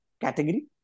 category